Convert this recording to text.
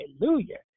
Hallelujah